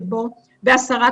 יוצאים החוצה ולא